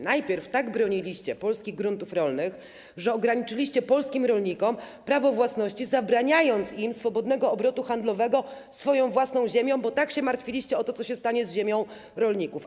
Najpierw tak broniliście polskich gruntów rolnych, że ograniczyliście polskim rolnikom prawo własności, zabraniając im swobodnego obrotu handlowego swoją własną ziemią, bo tak się martwiliście o to, co się stanie z ziemią rolników.